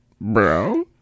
bro